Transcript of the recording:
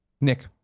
Nick